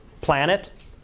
planet